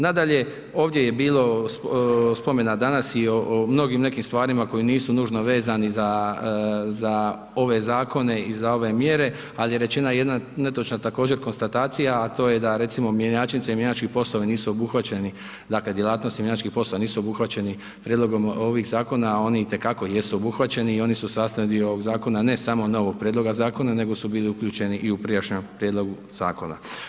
Nadalje, ovdje je bilo spomena danas i o mnogim nekim stvarima koje nisu nužno vezani za ove zakone i za ove mjere, al je rečena jedna netočna također konstatacija, a to je da recimo mjenjačnice i mjenjački poslovi nisu obuhvaćeni, dakle, djelatnosti mjenjačkih poslova nisu obuhvaćeni prijedlogom ovih zakona, oni itekako jesu obuhvaćeni i oni su sastavni dio ovog zakona, ne samo novog prijedloga zakona, nego su bili uključeni i u prijašnjem prijedlogu zakona.